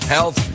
Health